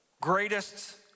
greatest